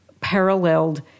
paralleled